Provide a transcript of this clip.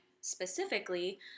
specifically